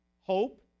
hope